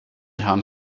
herrn